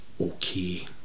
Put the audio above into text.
okay